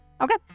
Okay